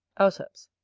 auceps.